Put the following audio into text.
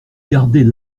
gardait